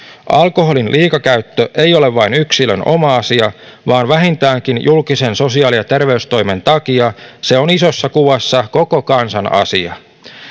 alkoholin liikakäyttö ei ole vain yksilön oma asia vaan vähintäänkin julkisen sosiaali ja terveystoimen takia se on isossa kuvassa koko kansan asia